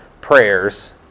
prayers